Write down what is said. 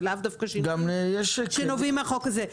זה לאו דווקא שינויים שנובעים מהחוק הזה.